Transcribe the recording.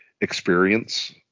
experience